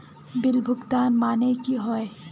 Bill भुगतान माने की होय?